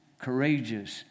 courageous